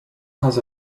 has